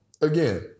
again